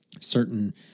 certain